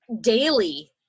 daily